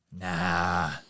Nah